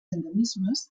endemismes